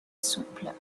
souple